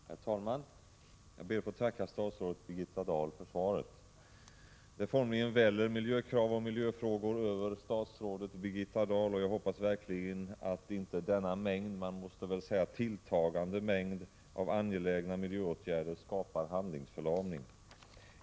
Herr talman! Jag ber att få tacka statsrådet Birgitta Dahl för svaret. Det formligen väller miljökrav och miljöfrågor över statsrådet Birgitta Dahl, och jag hoppas verkligen att inte denna mängd — man måste väl säga tilltagande mängd — angelägna miljöåtgärder skapar handlingsförlamning.